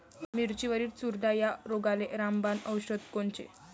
मिरचीवरील चुरडा या रोगाले रामबाण औषध कोनचे?